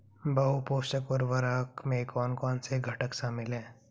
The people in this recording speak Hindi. बहु पोषक उर्वरक में कौन कौन से घटक शामिल हैं?